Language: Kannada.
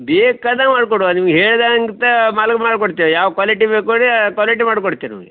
ಬೇಕಾದಂಗೆ ಮಾಡಿಕೊಡುವ ನಿಮ್ಗೆ ಹೇಳ್ದಂಥ ಮಾಲು ಮಾಡಿಕೊಡ್ತೇವೆ ಯಾವ ಕ್ವಾಲಿಟಿ ಬೇಕು ಹೇಳಿ ಆ ಕ್ವಾಲಿಟಿ ಮಾಡ್ಕೊಡ್ತೀವಿ ನಿಮಗೆ